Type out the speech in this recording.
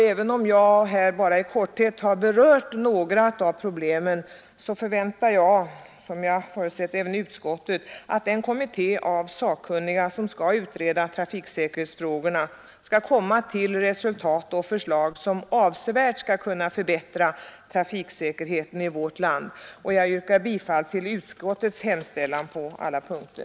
Även om jag i korthet berört endast några av problemen förväntar jag mig, liksom jag förmodar att även utskottet gör, att den kommitté av sakkunniga som skall utreda trafiksäkerhetsfrågorna skall kunna framlägga förslag som avsevärt kommer att förbättra trafiksäkerheten i vårt land, och jag yrkar bifall till utskottets hemställan på alla punkter.